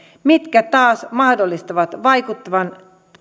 mitkä taas mahdollistavat vaikuttavan